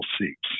seats